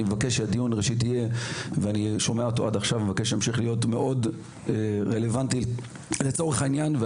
אני מבקש שהדיון ימשיך להיות רלוונטי לצורך הנושא שלנו,